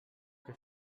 què